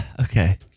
Okay